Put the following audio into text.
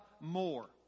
more